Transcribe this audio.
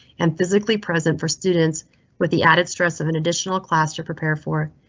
and physically present for students with the added stress of an additional class to prepare for